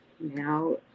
now